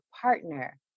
partner